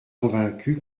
convaincu